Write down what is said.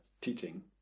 teaching